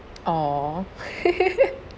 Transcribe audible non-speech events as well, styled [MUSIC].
orh [LAUGHS]